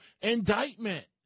indictment